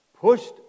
pushed